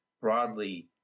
broadly